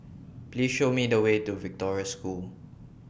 Please Show Me The Way to Victoria School